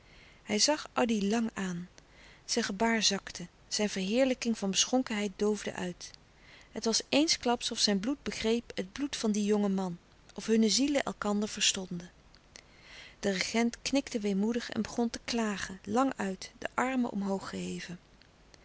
hij zag addy lang aan zijn gebaar zakte zijn verheerlijking van beschonkenheid doofde uit het was eensklaps of zijn bloed begreep het bloed van dien jongen man of hunne zielen elkander verstonden de regent knikte weemoedig en begon te klagen lang uit de armen omhoog geheven